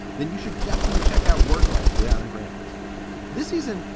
then you should definitely check out work life with adam grant this season.